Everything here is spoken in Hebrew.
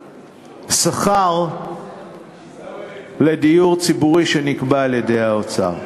שכר הדירה לדיור ציבורי שנקבע על-ידי האוצר.